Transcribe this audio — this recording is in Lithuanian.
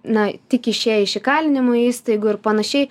na tik išėję iš įkalinimo įstaigų ir panašiai